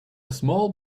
small